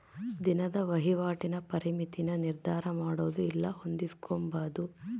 ದಿನದ ವಹಿವಾಟಿನ ಪರಿಮಿತಿನ ನಿರ್ಧರಮಾಡೊದು ಇಲ್ಲ ಹೊಂದಿಸ್ಕೊಂಬದು